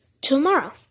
tomorrow